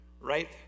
right